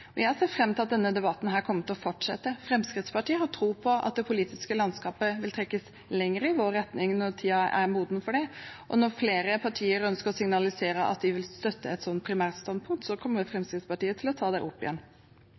Jeg ser fram til at denne debatten kommer til å fortsette. Fremskrittspartiet har tro på at det politiske landskapet vil trekkes lenger i vår retning når tiden er moden for det. Når flere partier ønsker å signalisere at de vil støtte et sånt primærstandpunkt, kommer Fremskrittspartiet til å ta det opp igjen.